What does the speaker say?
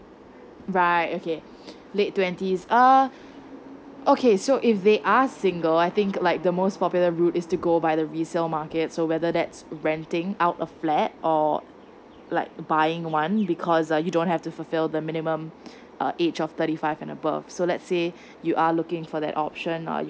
right okay late twenties uh okay so if they are single I think like the most popular route is to go by the resale market so whether that's renting out of flat or like buying one because uh you don't have to fulfill the minimum age of thirty five and above so let's say you are looking for that option ah